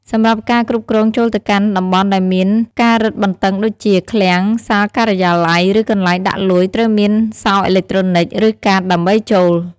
សម្រាប់ការគ្រប់គ្រងចូលទៅកាន់តំបន់ដែលមានការរឹតបន្តឹងដូចជា ឃ្លាំង សាលការិយាល័យ ឬកន្លែងដាក់លុយត្រូវមានសោអេឡិចត្រូនិកឫកាតដើម្បីចូល។